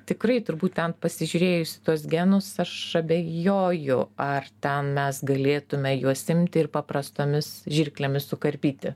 tikrai turbūt ten pasižiūrėjus į tuos genus aš abejoju ar ten mes galėtume juos imti ir paprastomis žirklėmis sukarpyti